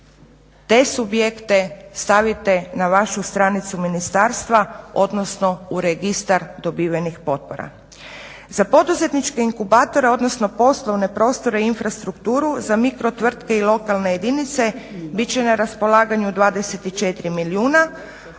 te subjekte stavite na vašu stranicu ministarstva, odnosno u Registar dobivenih potpora. Za poduzetničke inkubatore, odnosno poslovne prostore i infrastrukturu, za mikro tvrtke i lokalne jedinice bit će na raspolaganju 24 milijuna,